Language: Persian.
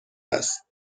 است